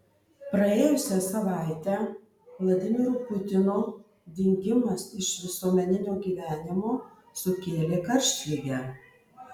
praėjusią savaitę vladimiro putino dingimas iš visuomeninio gyvenimo sukėlė karštligę